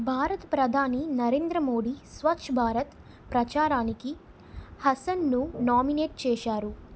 భారత ప్రధాని నరేంద్ర మోదీ స్వచ్ఛ భారత్ ప్రచారానికి హాసన్ను నామినేట్ చేసారు